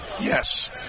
Yes